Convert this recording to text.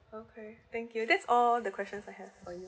okay thank you that's all the questions I have for you